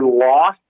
lost